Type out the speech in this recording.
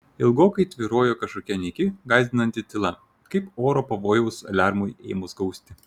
ilgokai tvyrojo kažkokia nyki gąsdinanti tyla kaip oro pavojaus aliarmui ėmus gausti